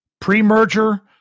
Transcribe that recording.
Pre-merger